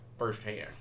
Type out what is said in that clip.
firsthand